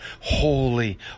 Holy